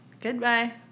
goodbye